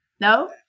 No